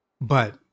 But